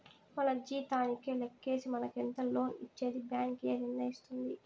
మన జీతానికే లెక్కేసి మనకెంత లోన్ ఇచ్చేది బ్యాంక్ ఏ నిర్ణయిస్తుంది